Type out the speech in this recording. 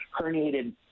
herniated